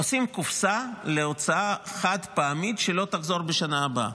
עושים קופסה להוצאה חד-פעמית שלא תחזור בשנה הבאה.